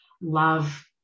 love